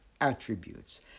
attributes